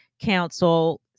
Council